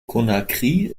conakry